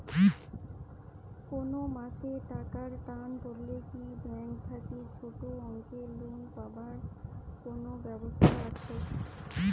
কুনো মাসে টাকার টান পড়লে কি ব্যাংক থাকি ছোটো অঙ্কের লোন পাবার কুনো ব্যাবস্থা আছে?